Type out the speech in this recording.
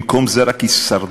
במקום זה רק הישרדות,